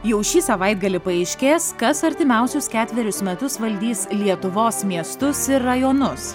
jau šį savaitgalį paaiškės kas artimiausius ketverius metus valdys lietuvos miestus ir rajonus